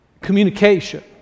communication